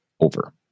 over